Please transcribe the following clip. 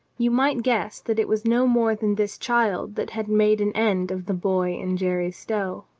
you might guess that it was no more than this child that had made an end of the boy in jerry stow.